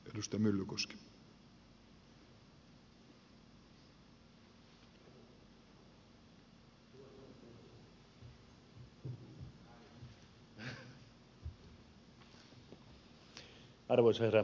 arvoisa herra puhemies